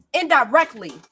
indirectly